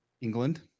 England